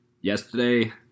yesterday